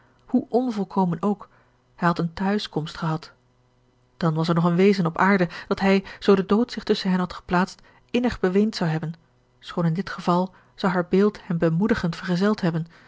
hoe onvolkomen ook hij had eene tehuiskomst gehad dan was er nog een wezen op aarde dat hij zoo de dood zich tusschen hen had geplaatst innig beweend zou hebben schoon in dit geval zou haar beeld hem bemoedigend vergezeld hebben